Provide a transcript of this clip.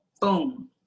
boom